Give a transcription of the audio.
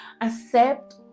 Accept